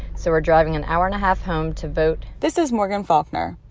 so we're driving an hour and a half home to vote this is morgan faulkner,